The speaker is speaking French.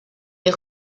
est